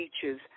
teachers